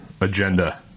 agenda